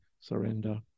surrender